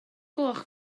gloch